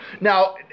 Now